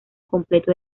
completo